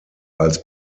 als